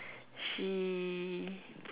she